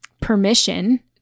permission